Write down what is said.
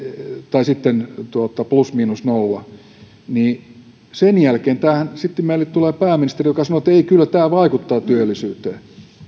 tai sitten plus miinus nolla niin sen jälkeen tähän meille tulee pääministeri joka sanoo että ei kyllä tämä vaikuttaa työllisyyteen